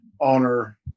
honor